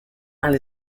and